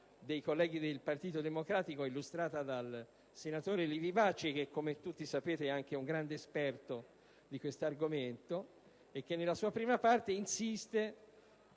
dei colleghi del Partito Democratico illustrata dal senatore Livi Bacci che, come tutti sapete, è anche un grande esperto di questo argomento. Nella sua prima parte tale